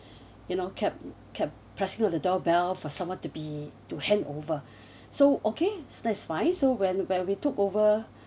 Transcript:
you know kept kept pressing on the doorbell for someone to be to hand over so okay that's fine so when when we took over